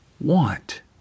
want